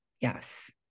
Yes